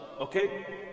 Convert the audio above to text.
Okay